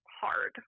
hard